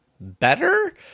better